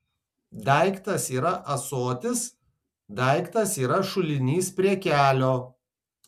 daiktas yra ąsotis daiktas yra šulinys prie kelio